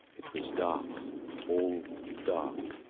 it was dark all dark.